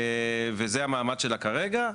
וזה המעמד שלה כרגע.